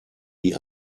die